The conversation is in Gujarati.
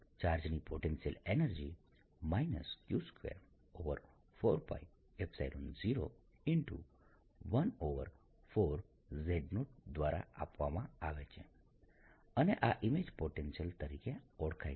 ચાર્જ q ની પોટેન્શિયલ એનર્જી q24π014z0 દ્વારા આપવામાં આવે છે અને આ ઇમેજ પોટેન્શિયલ તરીકે ઓળખાય છે